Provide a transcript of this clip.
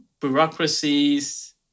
bureaucracies